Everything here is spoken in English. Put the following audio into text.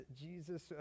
Jesus